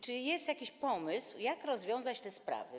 Czy jest jakiś pomysł, jak rozwiązać te sprawy?